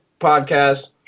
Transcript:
podcast